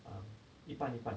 um 一半一半